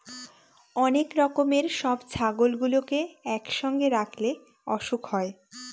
অনেক রকমের সব ছাগলগুলোকে একসঙ্গে রাখলে অসুখ হয়